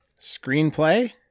Screenplay